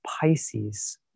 Pisces